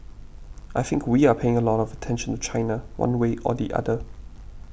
I think we are paying a lot of attention to China one way or the other